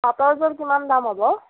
পাটৰ যোৰ কিমান দাম হ'ব